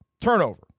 turnover